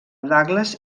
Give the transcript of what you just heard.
douglas